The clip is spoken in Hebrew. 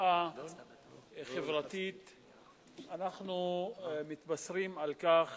מחאה חברתית אנחנו מתבשרים על כך